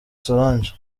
solange